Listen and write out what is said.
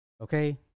okay